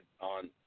on